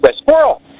squirrel